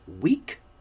week